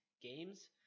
games